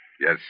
Yes